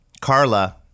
Carla